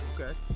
okay